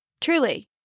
Truly